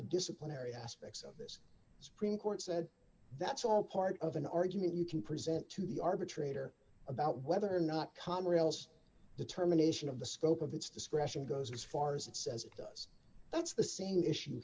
the disciplinary aspects of this supreme court said that's all part of an argument you can present to the arbitrator about whether or not com or else determination of the scope of its discretion goes as far as it says it does that's the same issue